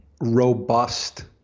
robust